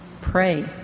Pray